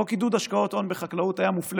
חוק עידוד השקעות הון בחקלאות היה מופלה